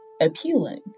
appealing